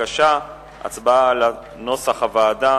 הצבעה על נוסח הוועדה